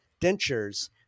dentures